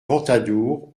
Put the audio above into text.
ventadour